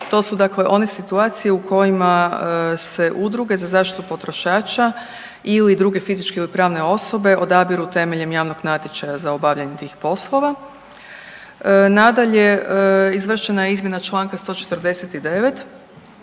To su dakle one situacije u kojima se udruge za zaštitu potrošača ili druge fizičke ili pravne osobe odabiru temeljem javnog natječaja za obavljanje tih poslova. Nadalje, izvršena je izmjena članka 149.